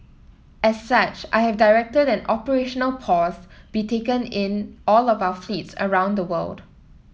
as such I have directed an operational pause be taken in all of our fleets around the world